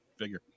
figure